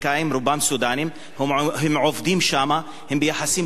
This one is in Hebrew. הם עובדים שם, הם ביחסים טובים עם כל הכפר.